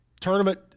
tournament